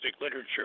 literature